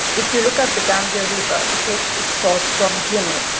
if you look at the gambia river, it takes its source from guinea,